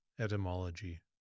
Etymology